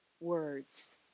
words